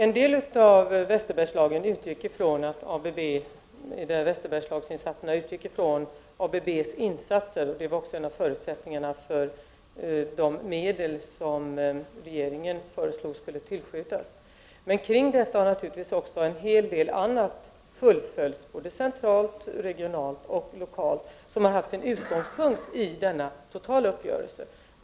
Fru talman! En del av Västerbergslagsinsatserna utgick från ABB:s insatser, och det var också en av förutsättningarna för de medel som regeringen föreslog skulle tillskjutas. Kring detta har naturligtvis också en hel del annat fullföljts, både centralt, regionalt och lokalt, som har haft sin utgångspunkt i denna totala uppgörelse.